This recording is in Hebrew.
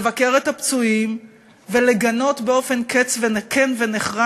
לבקר את הפצועים ולגנות באופן כן ונחרץ,